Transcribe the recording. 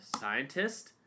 scientist